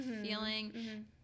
feeling